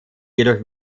jedoch